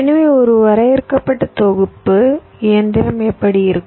எனவே ஒரு வரையறுக்கப்பட்ட தொகுப்பு இயந்திரம் எப்படி இருக்கும்